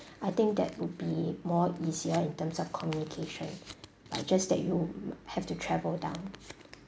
I think that would be more easier in terms of communication but just that you have to travel down